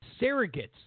surrogates